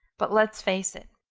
but let's face it,